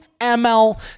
ML